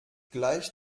gleich